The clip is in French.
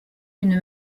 une